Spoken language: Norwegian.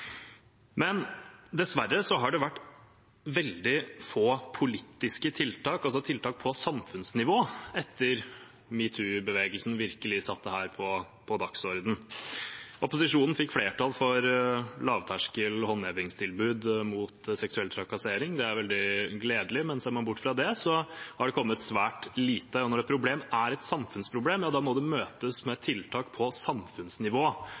Dessverre har det vært veldig få politiske tiltak, altså tiltak på samfunnsnivå, etter metoo-bevegelsen virkelig satt dette på dagsordenen. Opposisjonen fikk flertall for lavterskel håndhevingstilbud mot seksuell trakassering. Det er veldig gledelig, men ser man bort fra det, har det kommet svært lite. Når et problem er et samfunnsproblem, må det møtes med tiltak på samfunnsnivå.